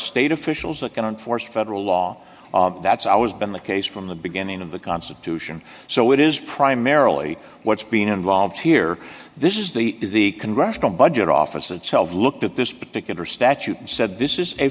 state officials that going on force federal law that's always been the case from the beginning of the constitution so it is primarily what's being involved here this is the the congressional budget office itself looked at this particular statute and said this is a